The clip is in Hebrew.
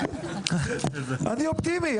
אני אופטימי,